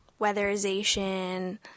weatherization